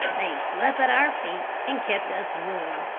they slept at our feet and kept us warm.